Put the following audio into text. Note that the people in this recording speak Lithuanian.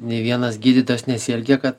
nei vienas gydytojas nesielgia kad